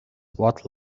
what